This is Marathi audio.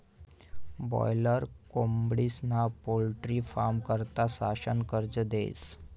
बाॅयलर कोंबडीस्ना पोल्ट्री फारमं करता शासन कर्ज देस